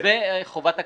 וחובת הקלטה,